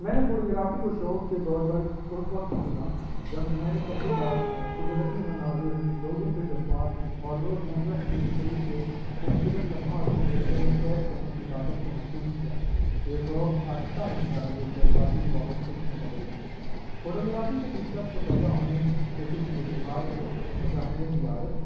میں نے photography کو شوق کے طور پر اس وقت چنا جب میں نے پہلی بار قدرتی مناظر لوگوں کے جذبات اور روز مرہ کی زندگی کے خوبصورت لمحات کو کیمرے میں قید کرنے کی طاقت کو محسوس کیا یہ شوق آہستہ آہستہ ایک جذباتی وابستگی میں بدل گیا فوٹو گرافی سے دلچسپ پیدا ہونے کے کچھ وجوہات ہیں مشاہدے کی عادت